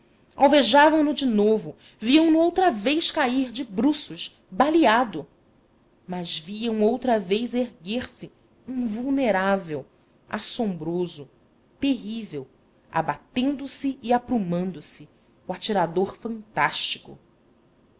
espingarda alvejavam no de novo viam-no outra vez cair de bruços baleado mas viam outra vez erguer-se invulnerável assombroso terrível abatendo se e aprumando se o atirador fantástico